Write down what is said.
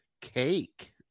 Cake